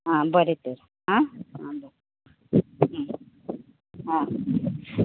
आं बरें तर आं आं